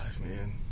man